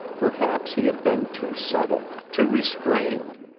perhaps he had been too subtle, too restrained.